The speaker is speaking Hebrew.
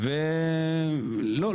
אני בטוח שאמרת את זה בלי משים לב,